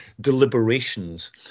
deliberations